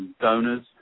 donors